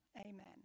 Amen